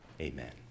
amen